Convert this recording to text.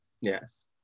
Yes